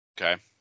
Okay